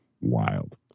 Wild